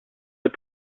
des